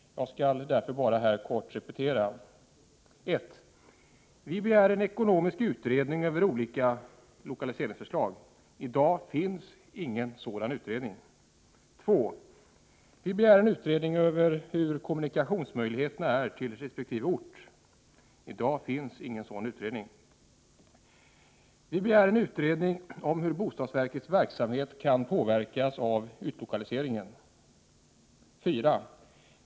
Jag skall därför här kort repetera: 1. Vi begär en ekonomisk utredning över de olika lokaliseringsförslagen. I dag finns ingen sådan utredning. 2. Vi begär en utredning om kommunikationsmöjligheterna till resp. ort. I dag finns ingen sådan utredning, 3. Vi begär en utredning om hur bostadsverkets verksamhet kan påverkas av en utlokalisering. 4.